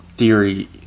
theory